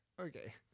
Okay